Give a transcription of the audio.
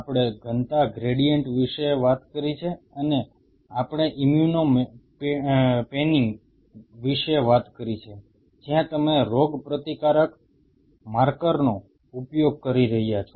આપણે ઘનતા ગ્રેડિયન્ટ વિશે વાત કરી છે અને આપણે ઇમ્યુનો પેનિંગ વિશે વાત કરી છે જ્યાં તમે રોગપ્રતિકારક માર્કરનો ઉપયોગ કરી રહ્યા છો